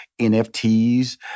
NFTs